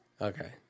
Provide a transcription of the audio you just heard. Okay